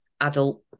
adult